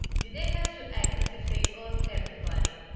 did they have to act as if they owned everybody?